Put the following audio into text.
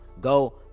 go